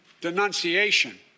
denunciation